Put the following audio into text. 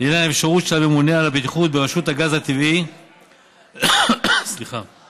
לעניין האפשרות של הממונה על הבטיחות ברשות הגז הטבעי להורות למכון